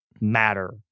matter